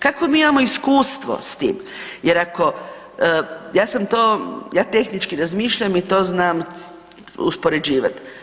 Kakvo mi imamo iskustvo s tim jer ako, ja sam to, ja tehnički razmišljam i to znam uspoređivati.